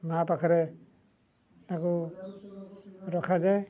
ମାଆ ପାଖରେ ତାହାକୁ ରଖାଯାଏ